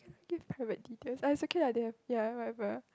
private tutors ah it's okay lah I didn't have ya whatever